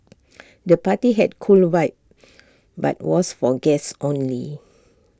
the party had A cool vibe but was for guests only